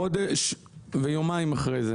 חודש ויומיים אחרי זה